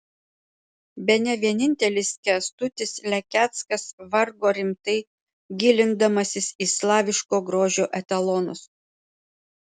bene vienintelis kęstutis lekeckas vargo rimtai gilindamasis į slaviško grožio etalonus